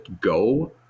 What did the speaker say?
go